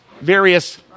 various